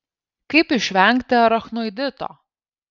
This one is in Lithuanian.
kaip išvengti arachnoidito